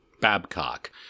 babcock